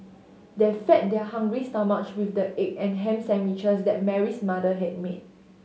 they fed their hungry stomachs with the egg and ham sandwiches that Mary's mother had made